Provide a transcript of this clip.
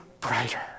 brighter